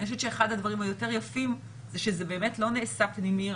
אני חושבת שאחד הדברים היותר יפים הוא שזה באמת לא נעשה פנימי,